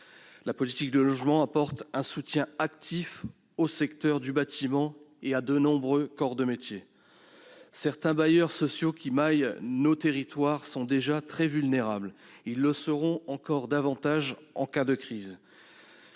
économique. Elle apporte un soutien actif au secteur du bâtiment et à de nombreux corps de métier. Certains bailleurs sociaux qui maillent nos territoires sont déjà très vulnérables ; ils le seront encore davantage en cas de crise.